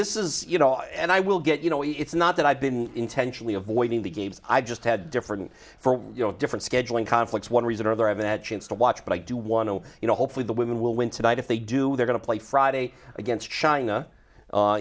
this is you know and i will get you know it's not that i've been intentionally avoiding the games i just had different for you know different scheduling conflicts one reason or other i haven't had chance to watch but i do want to you know hopefully the women will win tonight if they do they're going to play friday against china